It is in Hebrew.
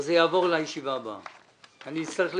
זה יעבור לישיבה הבאה ואני אצטרך לגייס.